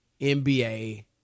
NBA